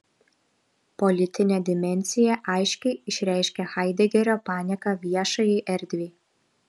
politinę dimensiją aiškiai išreiškia haidegerio panieka viešajai erdvei